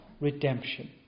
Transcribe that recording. redemption